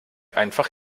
einfach